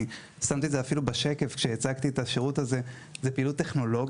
אני שמתי את זה אפילו בשקף כשהצגתי את השירות הזה זו פעילות טכנולוגית.